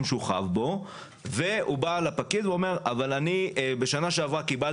שהוא חב בו ואומר לפקיד שבשנה שעברה הוא קיבל